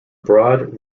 broad